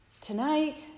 tonight